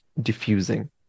diffusing